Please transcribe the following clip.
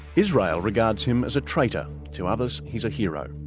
israel regards him as a traitor to others, he's a hero.